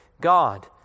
God